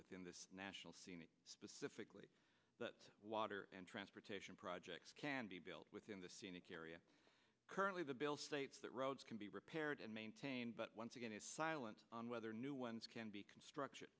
within the national scene specifically that water and transportation projects can be built within the scenic area currently the bill states that roads can be repaired and maintained but once again is silent on whether new ones can be construct